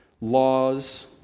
laws